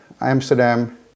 Amsterdam